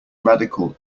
radical